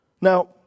Now